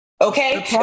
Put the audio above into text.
okay